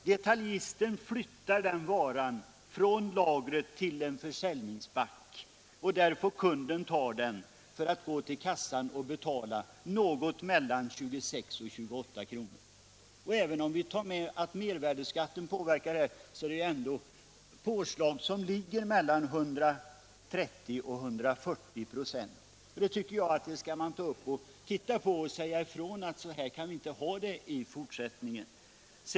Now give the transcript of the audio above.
Detaljisten flyttar den varan från lagret till en försäljningsback, och där får kunden ta den för att gå till kassan och betala något mellan 26 och 28 kr. Även om man tar hänsyn till mervärdeskatten är det ett pålägg som ligger mellan 130 och 140 96. Detta tycker jag att man kan ta upp till granskning, och man bör säga ifrån att vi inte kan ha det så i fortsättningen.